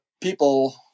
people